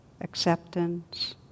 acceptance